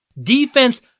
Defense